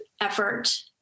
effort